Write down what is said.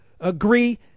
Agree